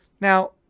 Now